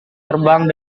terbang